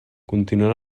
continuen